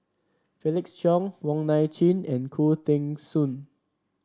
Felix Cheong Wong Nai Chin and Khoo Teng Soon